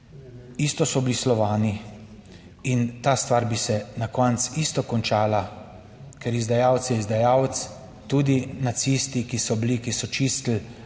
isto so bili Slovani in ta stvar bi se na koncu isto končala, ker izdajalec, izdajalec, tudi nacisti, ki so bili, ki so čistili,